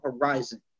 horizon